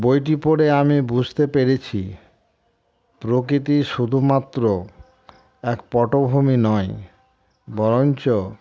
বইটি পড়ে আমি বুঝতে পেরেছি প্রকৃতি শুধুমাত্র এক পটভূমি নয় বরঞ্চ